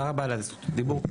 על זכות הדיבור,